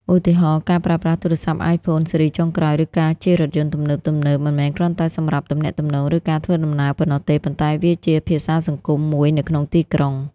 ឧទាហរណ៍៖ ការប្រើប្រាស់ទូរស័ព្ទ iPhone ស៊េរីចុងក្រោយ ឬការជិះរថយន្តទំនើបៗ មិនមែនគ្រាន់តែសម្រាប់ទំនាក់ទំនង ឬការធ្វើដំណើរប៉ុណ្ណោះទេ ប៉ុន្តែវាជា "ភាសាសង្គម" មួយនៅក្នុងទីក្រុង។